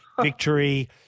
victory